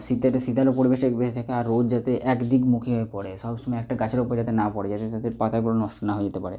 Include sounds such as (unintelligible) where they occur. শীতেতে শীতালু পরিবেশে (unintelligible) থাকে আর রোদ যাতে এক দিক মুখে পড়ে সব সময় একটা গাছের ওপরে যাতে না পড়ে যাতে তাদের পাতাগুলো নষ্ট না হয়ে যেতে পারে